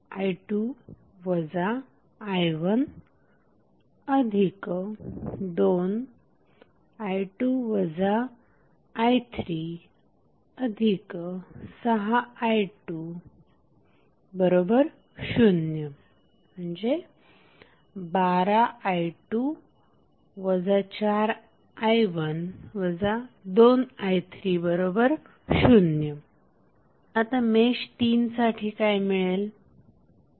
4i2 i12i2 i36i20 ⇒12i2 4i1 2i30 आता मेश 3 साठी काय मिळेल